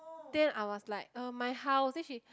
then I was like uh my house then she